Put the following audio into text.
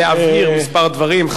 להבהיר כמה דברים.